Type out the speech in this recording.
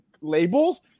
labels